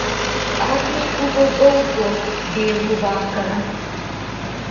agnei buvo baugu vėlų vakarą